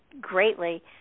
greatly